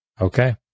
Okay